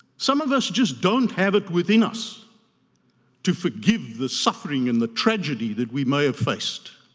some of us just don't have it within us to forgive the suffering and the tragedy that we may have faced